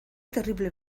terrible